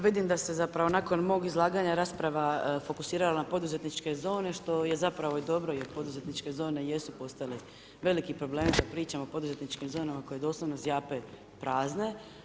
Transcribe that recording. Vidim da ste zapravo nakon mog izlaganja rasprava fokusirala na poduzetničke zone što je zapravo i dobro jer poduzetničke zone jesu postale veliki problemi kad pričamo o poduzetničkim zonama koje doslovno zjape prazne.